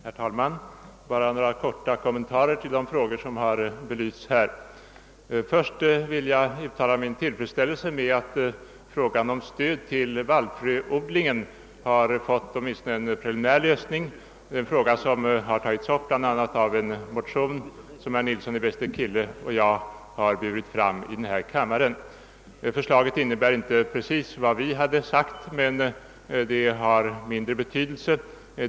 Herr talman! Bara några korta kommentarer med anledning av de frågor som här har belysts. Först och främst vill jag uttala min tillfredsställelse över att frågan om stödet till vallfröodlingen har fått åtminstone en preliminär lösning. Det gäller en fråga som har tagits upp bl.a. i en motion, som herr Nilsson i Bästekille och jag i början av riksdagen väckte här i kammaren. Kungl. Maj:ts förslag innebär inte precis vad vi hade anfört, men det har mindre betydelse.